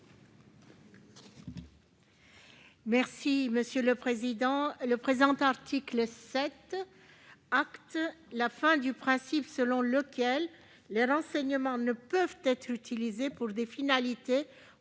Mme Esther Benbassa. Le présent article acte la fin du principe selon lequel les renseignements ne peuvent être utilisés pour des finalités